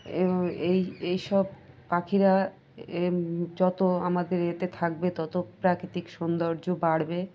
এই এই সব পাখিরা যত আমাদের ইয়েতে থাকবে তত প্রাকৃতিক সৌন্দর্য বাড়বে